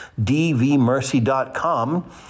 DVMercy.com